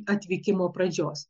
atvykimo pradžios